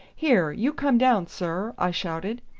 here, you come down, sir, i shouted.